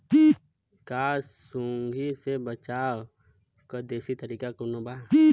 का सूंडी से बचाव क देशी तरीका कवनो बा?